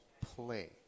play